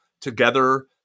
together